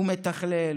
הוא מתכלל,